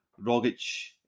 Rogic